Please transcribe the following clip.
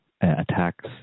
attacks